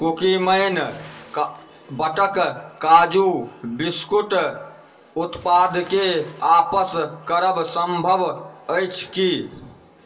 Cookieman बटक काजू biscuit उत्पादकेँ आपस करब सम्भव अछि की